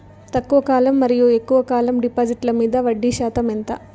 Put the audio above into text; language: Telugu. తక్కువ కాలం మరియు ఎక్కువగా కాలం డిపాజిట్లు మీద వడ్డీ శాతం ఎంత?